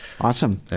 Awesome